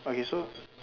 okay so